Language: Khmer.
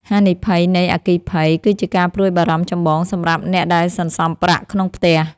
ហានិភ័យនៃអគ្គិភ័យ គឺជាការព្រួយបារម្ភចម្បងសម្រាប់អ្នកដែលសន្សំប្រាក់ក្នុងផ្ទះ។